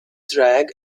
drag